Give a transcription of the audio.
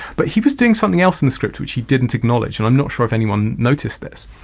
but he was doing something else in the script which he didn't acknowledge, and i'm not sure if anyone noticed this.